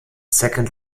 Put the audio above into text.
second